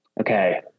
Okay